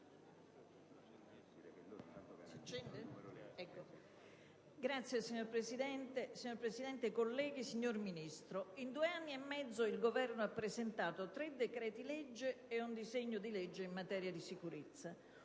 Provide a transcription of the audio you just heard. finestra") *(PD)*. Signor Presidente, signor Ministro, in due anni e mezzo il Governo ha presentato tre decreti-legge e un disegno di legge in materia di sicurezza.